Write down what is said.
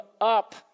up